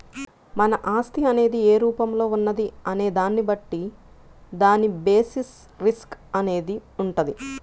మన ఆస్తి అనేది ఏ రూపంలో ఉన్నది అనే దాన్ని బట్టి దాని బేసిస్ రిస్క్ అనేది వుంటది